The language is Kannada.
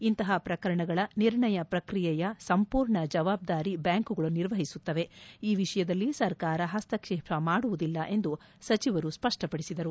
ಇಂತಹ ಪ್ರಕರಣಗಳ ನಿರ್ಣಯ ಪ್ರಕ್ರಿಯೆಯ ಸಂಪೂರ್ಣ ಜವಾಬ್ದಾರಿ ಬ್ಯಾಂಕುಗಳು ನಿರ್ವಹಿಸುತ್ತವೆ ಈ ವಿಷಯದಲ್ಲಿ ಸರ್ಕಾರ ಹಸ್ತಕ್ಷೇಪ ಮಾಡುವುದಿಲ್ಲ ಎಂದು ಸಚಿವರು ಸ್ಪಷ್ಟವಡಿಸಿದ್ದಾರೆ